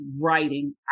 writing